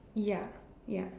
ya ya